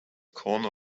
corner